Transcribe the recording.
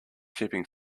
keeping